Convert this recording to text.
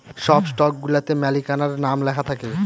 সব স্টকগুলাতে মালিকানার নাম লেখা থাকে